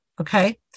Okay